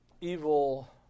evil